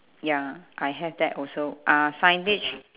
ya I have that also uh signage